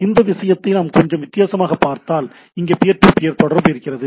இதே விஷயத்தை நாம் கொஞ்சம் வித்தியாசமாகப் பார்த்தால் இங்கே பியர் டு பியர் தொடர்பு இருக்கிறது